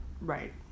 Right